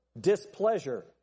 displeasure